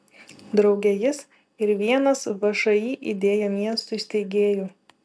drauge jis ir vienas všį idėja miestui steigėjų